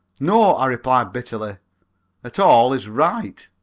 no, i replied bitterly at all is right.